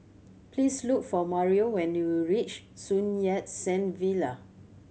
please look for Mario when you reach Sun Yat Sen Villa